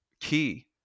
key